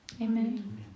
Amen